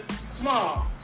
small